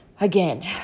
again